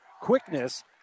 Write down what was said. quickness